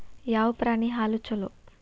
ಯಾವ ಪ್ರಾಣಿ ಹಾಲು ಛಲೋ?